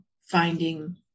finding